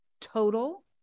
total